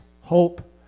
hope